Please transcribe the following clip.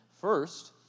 first